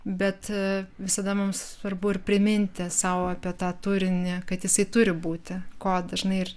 bet visada mums svarbu ir priminti sau apie tą turinį kad jisai turi būti ko dažnai ir